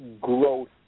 growth